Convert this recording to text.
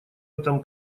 этом